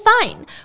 fine